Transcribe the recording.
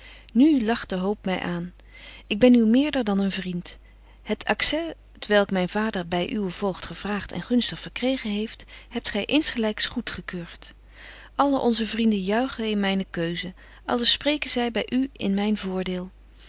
nu lacht de hoop my aan ik ben u meerder dan een vriend het accès t welk myn vader by uwen voogd gevraagt en gunstig verkregen heeft hebt gy insgelyks goed gekeurt alle onze vrienden juichen in myne keuze allen spreken zy by u in myn voordeel